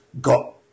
got